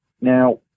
Now